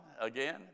again